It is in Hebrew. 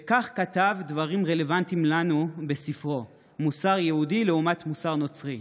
וכך כתב בספרו "מוסר יהודי לעומת מוסר נוצרי"